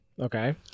Okay